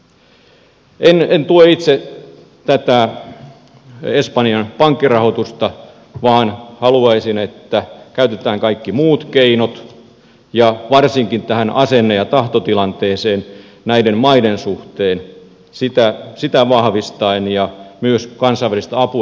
en itse tue tätä espanjan pankkirahoitusta vaan haluaisin että käytetään kaikki muut keinot varsinkin tähän asenne ja tahtotilanteeseen näiden maiden suhteen sitä vahvistaen ja myös kansainvälistä apua